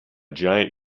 giant